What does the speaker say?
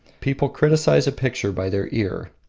people criticise a picture by their ear.